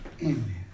Amen